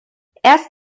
erst